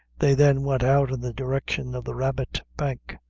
they then went out in the direction of the rabbit bank,